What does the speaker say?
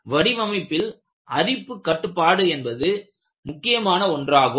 எனவே வடிவமைப்பில் அரிப்பு கட்டுப்பாடு என்பது முக்கியமான ஒன்றாகும்